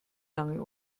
lange